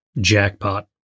Jackpot